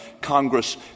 Congress